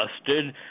busted